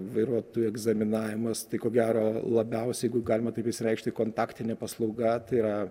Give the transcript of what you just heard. vairuotojų egzaminavimas tai ko gero labiausiai jeigu galima taip išreikšt tai kontaktinė paslauga tai yra